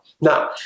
Now